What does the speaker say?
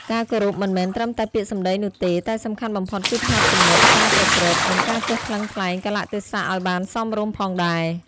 ការគោរពមិនមែនត្រឹមតែពាក្យសម្ដីនោះទេ តែសំខាន់បំផុតគឺផ្នត់គំនិត ការប្រព្រឹត្ត និងការចេះថ្លឹងថ្លែងកាលៈទេសៈឲ្យបានសមរម្យផងដែរ។